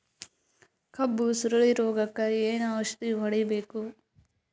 ಕಬ್ಬು ಸುರಳೀರೋಗಕ ಏನು ಔಷಧಿ ಹೋಡಿಬೇಕು?